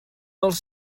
els